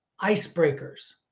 Icebreakers